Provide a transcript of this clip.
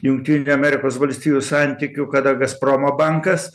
jungtinių amerikos valstijų santykių kada gazpromo bankas